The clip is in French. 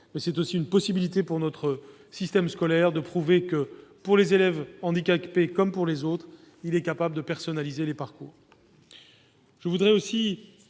mais c'est aussi la possibilité pour notre système scolaire de prouver que, pour les élèves handicapés comme pour les autres, il est capable de personnaliser les parcours. Dans le